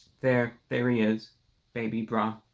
there there he is baby brah